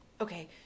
Okay